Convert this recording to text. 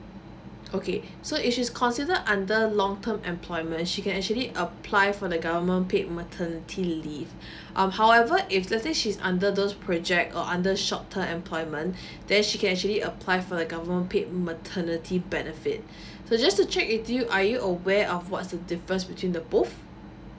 okay so if she's consider under long term employment she can actually apply for the government paid maternity leave um however if let's say she's under those project or under short term employment then she can actually apply for the government paid maternity benefit so just to check with you are you aware of what's the difference between the both